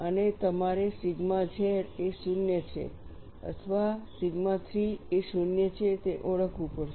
અને તમારે sigma z એ 0 છે અથવા સિગ્મા 3 એ 0 છે તે ઓળખવું પડશે